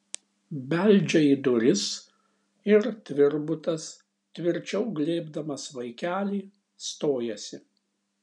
beldžia į duris ir tvirbutas tvirčiau glėbdamas vaikelį stojasi